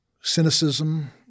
cynicism